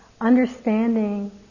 understanding